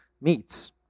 meets